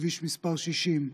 כביש מס' 60,